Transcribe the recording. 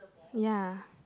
ya